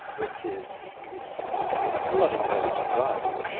which is is not entirely surprising.